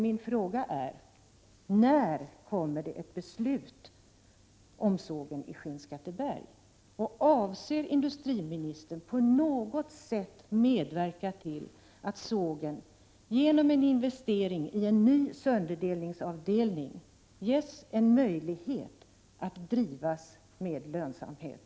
Min fråga är: När kommer ett beslut om sågen i Skinnskatteberg, och avser industriministern på något sätt att medverka till att sågen genom en investering i en ny sönderdelningsavdelning ges en möjlighet att drivas med lönsamhet?